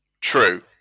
true